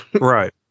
Right